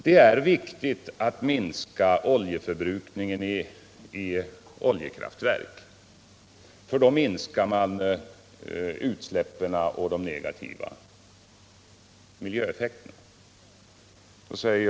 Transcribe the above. Det är viktigt att minska oljeförbrukningen i oljekraftverk, för då minskar man de negativa miljöeffekterna av utsläppen.